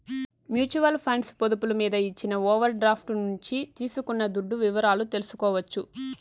mutual funds పొదుపులు మీద ఇచ్చిన ఓవర్ డ్రాఫ్టు నుంచి తీసుకున్న దుడ్డు వివరాలు తెల్సుకోవచ్చు